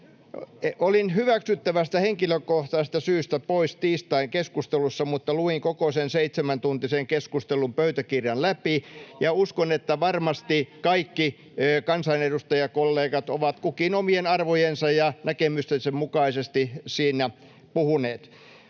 Olin hyväksyttävästä, henkilökohtaisesta syystä pois tiistain keskustelusta, mutta luin koko sen seitsemäntuntisen keskustelun pöytäkirjan läpi ja uskon, että varmasti kaikki kansanedustajakollegat ovat kukin omien arvojensa ja näkemystensä mukaisesti siinä puhuneet.